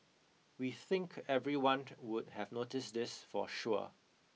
we think everyone would have noticed this for sure